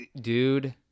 dude